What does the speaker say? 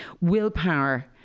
willpower